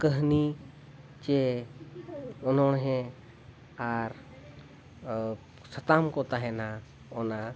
ᱠᱟᱹᱦᱱᱤ ᱪᱮ ᱚᱱᱚᱲᱦᱮᱸ ᱟᱨ ᱥᱟᱛᱟᱢ ᱠᱚ ᱛᱟᱦᱮᱱᱟ ᱚᱱᱟ